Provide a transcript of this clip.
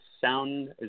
Sound